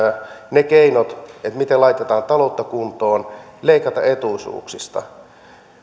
ne keinot miten laitetaan taloutta kuntoon leikataan etuisuuksista